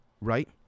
Right